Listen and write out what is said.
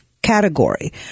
category